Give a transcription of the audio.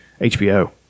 HBO